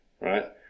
right